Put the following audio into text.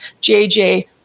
JJ